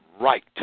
right